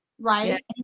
right